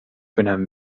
önem